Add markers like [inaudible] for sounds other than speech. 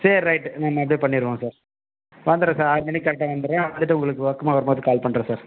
சரி ரைட்டு நம்ம அப்படியே பண்ணிடுவோம் சார் வந்துடுறேன் சார் ஆறு மணிக்கு கரெக்டாக வந்துடுறேன் வந்துட்டு உங்களுக்கு [unintelligible] வரும் போது கால் பண்ணுறேன் சார்